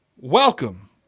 welcome